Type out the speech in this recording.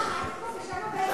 סליחה,